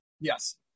Yes